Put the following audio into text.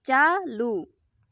ᱪᱟᱻᱞᱩ